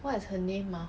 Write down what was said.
what's her name ah